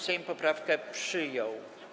Sejm poprawkę przyjął.